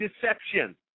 Deception